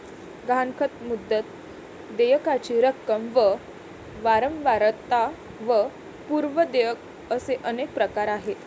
गहाणखत, मुदत, देयकाची रक्कम व वारंवारता व पूर्व देयक असे अनेक प्रकार आहेत